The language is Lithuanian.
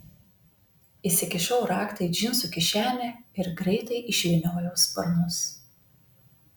įsikišau raktą į džinsų kišenę ir greitai išvyniojau sparnus